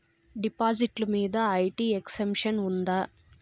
డిపాజిట్లు మీద IT exemption ఉందా?